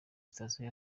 station